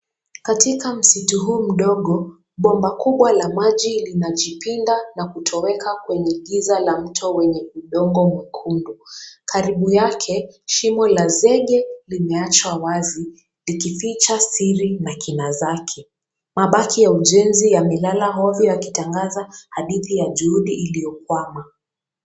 Katika msitu huu mdogo, bomba kubwa la maji linajipinda na kutoweka kwenye giza la mto wenye udongo mwekundu. Karibu yake shimo la zege limeachwa wazi likificha siri na kina zake. Mabaki ya ujenzi yamelala ovyo yakitangaza hadithi ya juhudi iliyokwama.